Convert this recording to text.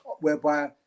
whereby